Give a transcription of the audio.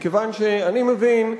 מכיוון שאני מבין,